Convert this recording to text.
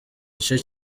gice